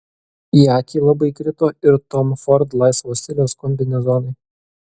į akį labai krito ir tom ford laisvo stiliaus kombinezonai